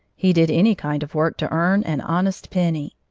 he did any kind of work to earn an honest penny.